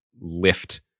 lift